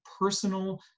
personal